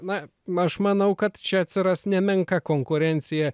na aš manau kad čia atsiras nemenka konkurencija